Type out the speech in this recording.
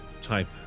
type